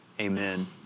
Amen